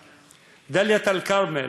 דאלית-אלכרמל,